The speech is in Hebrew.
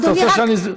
את רוצה שאני אסגור,